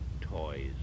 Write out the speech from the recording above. toys